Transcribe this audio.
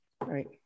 Right